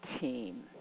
team